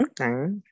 Okay